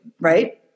Right